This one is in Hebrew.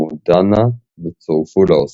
מודנה וצורפו לאוסף.